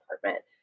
department